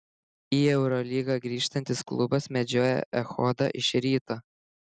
į eurolygą grįžtantis klubas medžioja echodą iš ryto